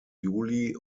juli